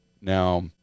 now